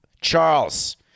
Charles